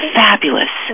fabulous